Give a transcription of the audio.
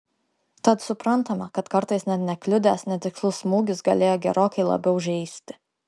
tad suprantama kad kartais net nekliudęs netikslus smūgis galėjo gerokai labiau žeisti